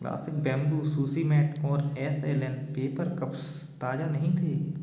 classic bamboo sushi mat और S L N paper cups ताज़ा नहीं थे